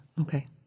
okay